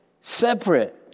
separate